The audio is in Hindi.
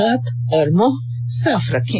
हाथ और मुंह साफ रखें